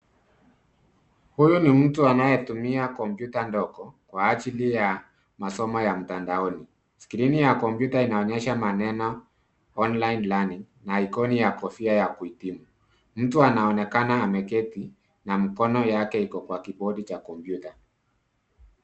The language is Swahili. Huyu ni mtu anayetumia kompyuta ndogo kwa ajili ya masomo ya mtandaoni. Skrini ya kompyuta inaonyesha maneno (cs)online learning(cs) na ikoni ya kofia ya kuhitimu. Mtu anaonekana ameketi na mikono yake iko kwa kibodi cha kompyuta.